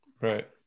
right